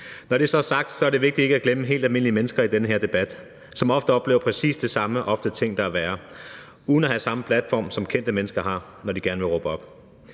Når det så er sagt, er det vigtigt ikke at glemme helt almindelige mennesker i den her debat, som ofte oplever præcis det samme, og ofte ting, der er værre, uden at have samme platform, som kendte mennesker har, når de gerne vil råbe op.